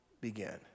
began